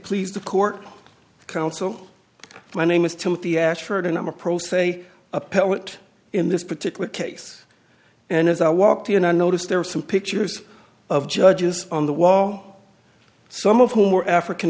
please the court counsel my name is timothy ashford and i'm a pro se appellate in this particular case and as i walked in i noticed there were some pictures of judges on the wall some of whom were african